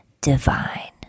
divine